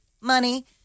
money